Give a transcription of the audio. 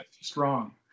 Strong